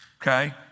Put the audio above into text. okay